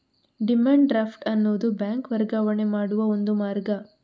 demand draft ಅನ್ನುದು bank ವರ್ಗಾವಣೆ ಮಾಡುವ ಒಂದು ಮಾರ್ಗ